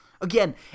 Again